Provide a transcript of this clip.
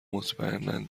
مطمئنا